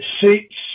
seats